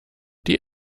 die